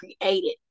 created